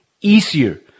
easier